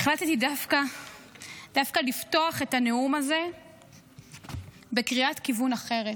החלטתי לפתוח את הנאום הזה דווקא בקריאת כיוון אחרת.